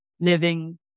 living